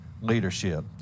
leadership